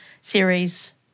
series